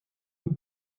you